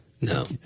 no